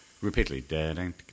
repeatedly